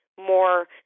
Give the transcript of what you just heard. more